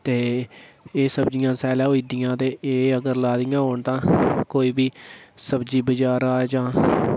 ते एह् सब्ज़ियां स्यालै होई जंदियां ते एह् अगर लानियां तां कोई बी सब्जी बजारा जां